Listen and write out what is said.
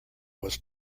was